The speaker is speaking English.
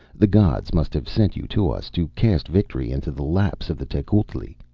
the gods must have sent you to us, to cast victory into the laps of the tecuhltli!